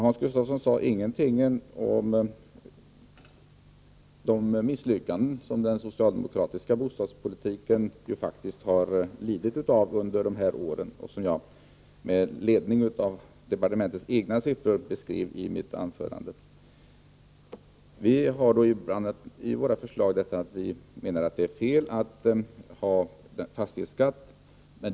Hans Gustafsson sade ingenting om de misslyckanden som den socialdemokratiska bostadspolitiken lidit av under dessa år och som jag med ledning av departementets egna siffror beskrev i mitt anförande. Vi har bl.a. sagt att det var fel att införa fastighetsskatten.